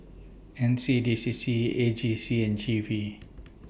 N C D C C A G C and G V